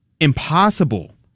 impossible